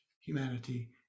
humanity